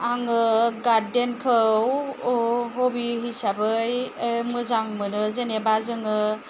आङो गारदेन खौ हबि हिसाबै मोजां मोनो जेनेबा जोङो